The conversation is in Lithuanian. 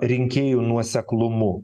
rinkėjų nuoseklumu